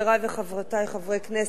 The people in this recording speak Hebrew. חברי וחברותי חברי הכנסת,